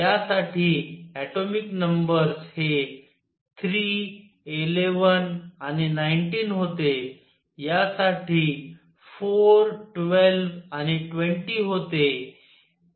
या साठी atomic numbers हे 3 11 आणि 19 होते या साठी 4 12 आणि 20 होते